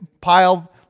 pile